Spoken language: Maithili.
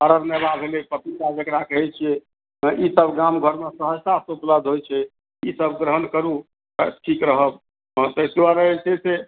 अररनेवा भेलै पपीता जकरा कहै छियै तऽ ई सब गामघरमे सहजता सॅं उपलब्ध होइ छै ई सब ग्रहण करू ठीक रहब ताहि दुआरे जे छै से